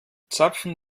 zapfen